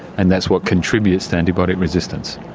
and that's what contributes to antibiotic resistance.